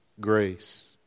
grace